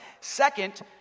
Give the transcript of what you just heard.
Second